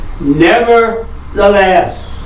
Nevertheless